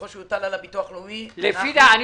אם זה יוטל על הביטוח הלאומי אנחנו